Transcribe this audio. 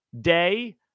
day